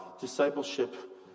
discipleship